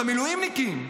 את המילואימניקים.